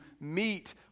meet